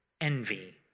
envy